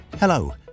Hello